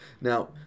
Now